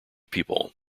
people